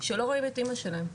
שלא רואים את אימא שלהם,